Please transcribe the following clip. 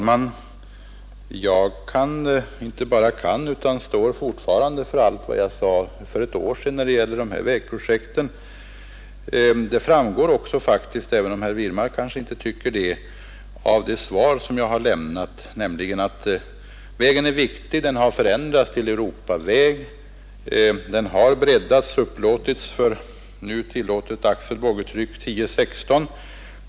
Herr talman! Jag står fortfarande för allt vad jag sade för ett år sedan om dessa vägprojekt. Det framgår också faktiskt, även om herr Wirmark kanske inte tycker det, av det svar som jag har lämnat att vägen till Norrtälje och Kapellskär är viktig. Den har förändrats till Europaväg. Den har breddats, och tillåtet axel 16 ton.